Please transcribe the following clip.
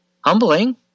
Humbling